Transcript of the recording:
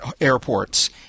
airports